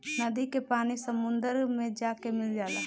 नदी के पानी समुंदर मे जाके मिल जाला